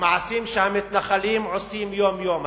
למעשים שהמתנחלים עושים יום-יום.